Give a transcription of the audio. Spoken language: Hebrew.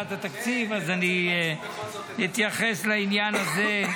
אבל אני בהצעת התקציב, אז אני אתייחס לעניין הזה.